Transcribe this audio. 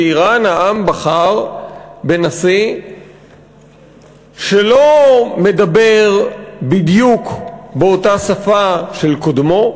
באיראן העם בחר בנשיא שלא מדבר בדיוק באותה שפה של קודמו,